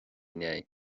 inné